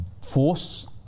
force